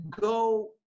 go